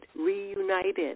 reunited